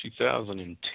2010